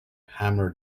hammer